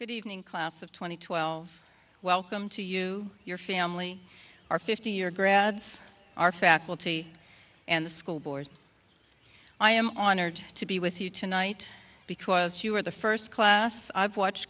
good evening class of two thousand and twelve welcome to you your family our fifty year grads our faculty and the school board i am honored to be with you tonight because you are the first class i've watched